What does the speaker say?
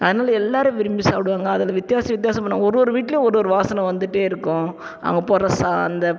அதனாலே எல்லோரும் விரும்பி சாப்பிடுவாங்க அதில் வித்தியாசம் வித்தியாசமாக பண்ணுவாங்க ஒரு ஒரு வீட்லையும் ஒரு ஒரு வாசனை வந்துகிட்டே இருக்கும் அவங்க போடுற சா அந்த